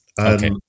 Okay